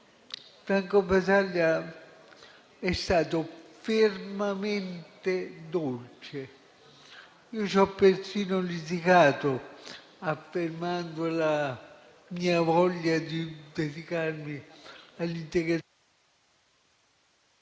Franco Basaglia è stato fermamente dolce. Io ci ho persino litigato affermando la mia voglia di dedicarmi...